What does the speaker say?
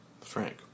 Frank